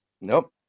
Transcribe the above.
Nope